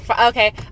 Okay